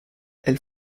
elle